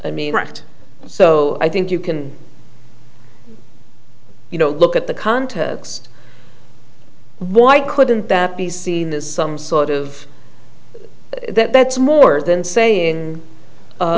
i mean right so i think you can you know look at the context why couldn't that be seen as some sort of that's more than saying